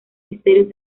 misterios